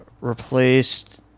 replaced